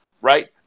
right